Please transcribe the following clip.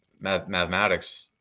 mathematics